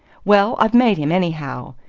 well, i've made him, anyhow!